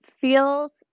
feels